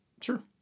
sure